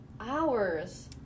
hours